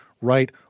right